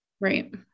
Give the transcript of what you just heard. Right